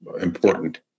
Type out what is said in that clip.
important